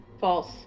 false